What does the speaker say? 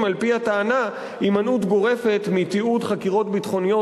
על-פי הטענה הימנעות גורפת מתיעוד חקירות ביטחוניות,